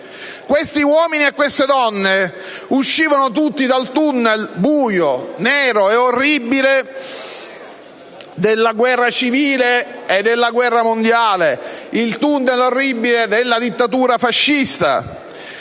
Questi uomini e queste donne uscivano tutti dal tunnel buio, nero e orribile della guerra civile e della guerra mondiale: il tunnel orribile della dittatura fascista.